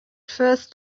first